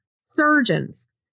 surgeons